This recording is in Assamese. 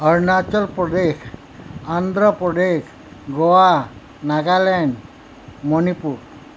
অৰুণাচল প্ৰদেশ অন্ধ্ৰ প্ৰদেশ গোৱা নাগালেণ্ড মণিপুৰ